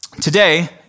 today